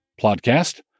podcast